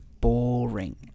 Boring